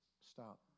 stop